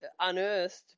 unearthed